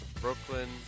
Brooklyn